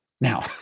Now